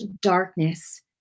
darkness